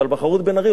אבל בחרו את בן-ארי,